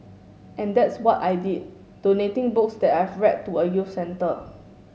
and that's what I did donating books that I've read to a youth centre